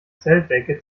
zeltdecke